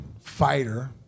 fighter